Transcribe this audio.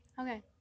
Okay